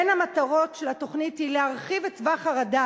בין המטרות של התוכנית היא להרחיב את טווח הרדאר,